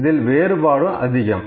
இதில் வேறுபாடு அதிகம்